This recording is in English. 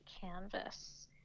canvas